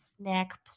snack